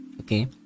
Okay